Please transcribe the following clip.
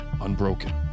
unbroken